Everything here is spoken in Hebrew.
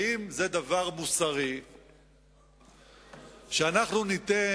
האם זה דבר מוסרי שאנחנו ניתן,